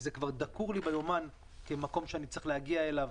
זה כבר דקור לי ביומן כמקום שאני צריך להגיע אליו